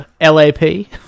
L-A-P